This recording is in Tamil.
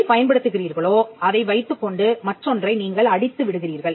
எதை பயன்படுத்துகிறீர்களோ அதை வைத்துக்கொண்டு மற்றொன்றை நீங்கள் அடித்து விடுகிறீர்கள்